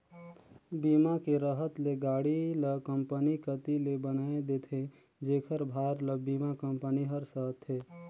बीमा के रहत ले गाड़ी ल कंपनी कति ले बनाये देथे जेखर भार ल बीमा कंपनी हर सहथे